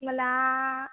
मला